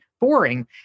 boring